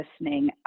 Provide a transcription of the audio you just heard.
listening